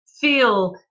feel